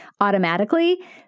automatically